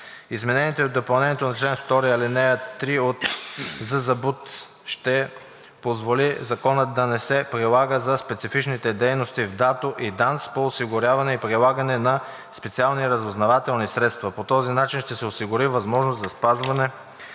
Изменението и допълнението на чл. 2, ал. 3 от ЗЗБУТ ще позволи Законът да не се прилага за специфичните дейности в ДАТО и ДАНС по осигуряване и прилагане на специалните разузнавателни средства. По този начин ще се осигури възможност за спазване